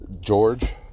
George